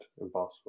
impossible